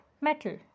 metal